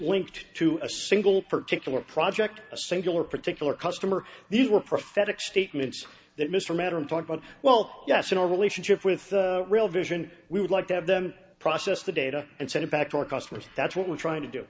linked to a single particular project a single or particular customer these were prophetic statements that mr matter implied but well yes in a relationship with real vision we would like to have them process the data and send it back to our customers that's what we're trying to do